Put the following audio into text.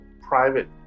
private